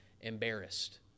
embarrassed